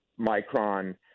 Micron